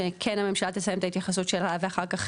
שכן הממשלה תסיים את ההתייחסות שלה ואחר כך